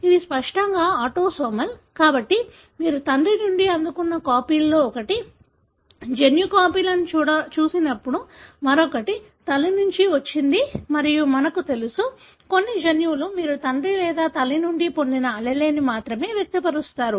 ఇవి స్పష్టంగా ఆటోసోమల్ కాబట్టి మీరు తండ్రి నుండి అందుకున్న కాపీలో ఒకటి జన్యు కాపీలను చూసినప్పుడు మరొకటి తల్లి నుండి వచ్చింది మరియు మాకు తెలుసు కొన్ని జన్యువులకు మీరు తండ్రి లేదా తల్లి నుండి పొందిన allele మాత్రమే వ్యక్తపరుస్తారు